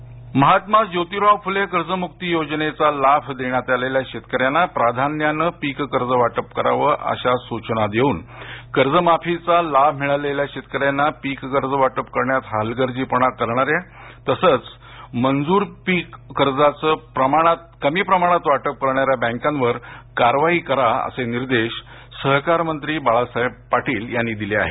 कर्ज महात्मा जोतिराव फुले कर्जमुक्ती योजनेचा लाभ देण्यात आलेल्या शेतकऱ्यांना प्राधान्यानं पीक कर्ज वाटप करावं अशा सूचना देऊन कर्जमाफीचा लाभ मिळालेल्या शेतकऱ्यांना पीक कर्ज वाटप करण्यात हलगर्जीपणा करणाऱ्या तसंच मंजुर पीक कर्जाचं कमी प्रमाणात वाटप करणाऱ्या बँकांवर कारवाई करा असे निर्देश सहकार मंत्री बाळासाहेब पाटील यांनी दिले आहेत